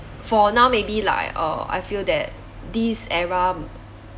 for now maybe like uh I feel that this era